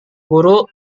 guru